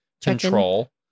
control